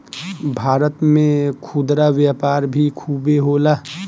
भारत में खुदरा व्यापार भी खूबे होला